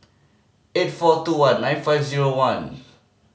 eight four two one nine five zero one